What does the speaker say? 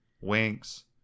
winks